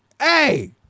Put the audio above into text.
Hey